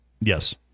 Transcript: Yes